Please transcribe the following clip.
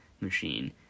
machine